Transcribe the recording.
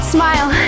Smile